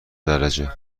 درجه